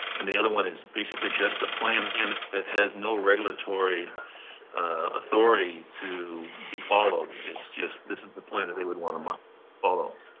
and the other one is basically just a plan and that has no regulatory authority to be followed. it's just, this is the plan that they would want to um um follow.